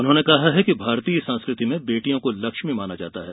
उन्होंने कहा है कि भारतीय संस्कृति में बेटियों को लक्ष्मी माना जाता है